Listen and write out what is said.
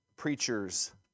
preachers